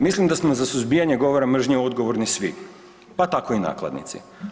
Mislim da smo za suzbijanje govora mržnje odgovorni svi, pa tako i nakladnici.